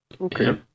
Okay